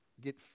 get